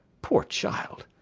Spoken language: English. poor child!